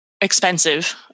expensive